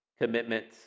commitments